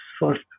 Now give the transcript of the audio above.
first